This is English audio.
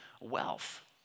wealth